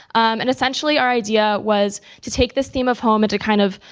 and essentially, our idea was to take this theme of home and to kind of